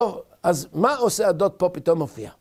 ‫אז מה עושה הדוד פה פתאום מופיע?